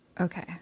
Okay